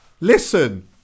Listen